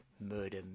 murder